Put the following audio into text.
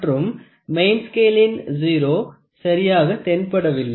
மற்றும் மெயின் ஸ்கேளின் 0 சரியாக தென்படவில்லை